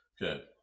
Good